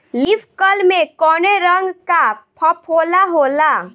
Leaf curl में कौने रंग का फफोला होला?